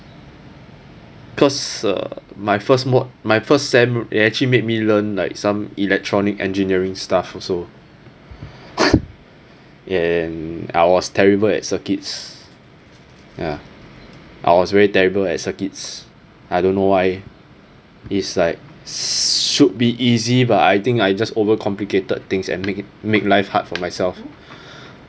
cause uh my first mod my first sem they actually made me learn like some electronic engineering stuff also and I was terrible at circuits ya I was very terrible at circuits I don't know why is like should be easy but I think I just over complicated things and make it make life hard for myself